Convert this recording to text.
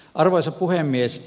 arvoisa puhemies